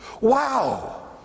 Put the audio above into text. Wow